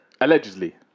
Allegedly